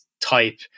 type